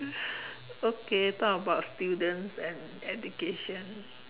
okay talk about students and education